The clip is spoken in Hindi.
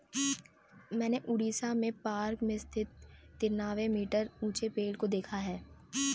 मैंने उड़ीसा में पार्क में स्थित तिरानवे मीटर ऊंचे पेड़ को देखा है